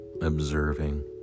observing